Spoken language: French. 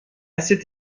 cette